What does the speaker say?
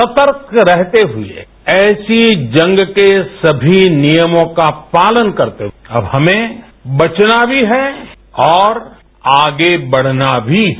सतर्क रहते हुए ऐसी जंग के सभी नियमों का पालन करते हुए अब हमें बचना भी है और आगे बढना भी है